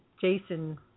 Jason